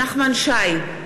נחמן שי,